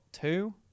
two